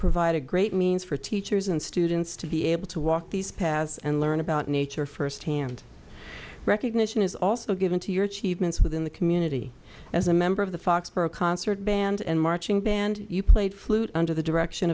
provide a great means for teachers and students to be able to walk these paths and learn about nature first hand recognition is also given to your achievements within the community as a member of the foxboro concert band and marching band you played flute under the direction